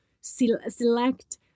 select